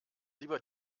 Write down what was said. lieber